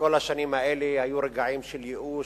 בכל השנים האלה היו רגעים של ייאוש,